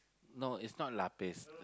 no it's not lapis